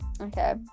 Okay